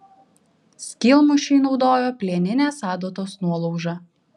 skylmušiui naudojo plieninės adatos nuolaužą